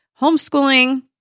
Homeschooling